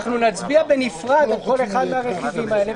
שנצביע בנפרד על כל אחד מהרכיבים האלה,